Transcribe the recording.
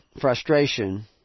frustration